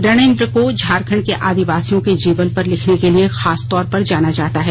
रणेंद्र को झारखंड के आदिवासियों के जीवन पर लिखने के लिए खास तौर पर जाना जाता है